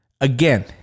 Again